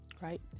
right